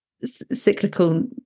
cyclical